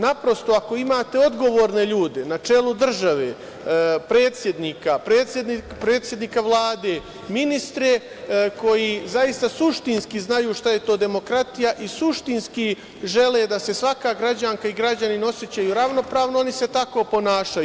Naprosto, ako imate odgovorne ljude na čelu države, predsednika, predsednika Vlade, ministre koji suštinski znaju šta je to demokratija i suštinski žele da se svaka građanka i građanin osećaju ravnopravno oni se tako ponašaju.